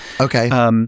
Okay